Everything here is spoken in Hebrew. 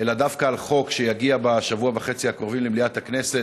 אלא דווקא על חוק שיגיע בשבוע וחצי הקרובים למליאת הכנסת,